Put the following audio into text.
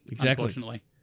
Unfortunately